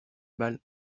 balle